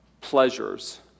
pleasures